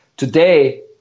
Today